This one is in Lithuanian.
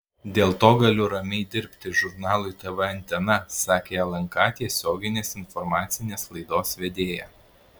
dėl to galiu ramiai dirbti žurnalui tv antena sakė lnk tiesioginės informacinės laidos vedėja